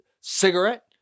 Cigarette